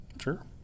Sure